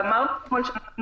ואמרנו אתמול שאנחנו